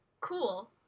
cool